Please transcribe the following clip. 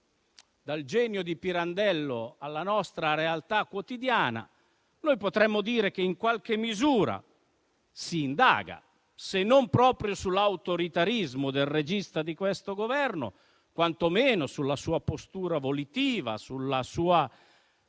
dal genio di Pirandello alla nostra realtà quotidiana, potremmo dire che in qualche misura si indaga, se non proprio sull'autoritarismo del regista di questo Governo, quantomeno sulla sua postura volitiva, sulla sua